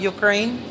Ukraine